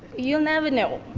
you never know.